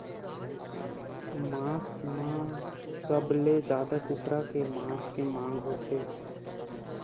मांस म सबले जादा कुकरा के मांस के मांग होथे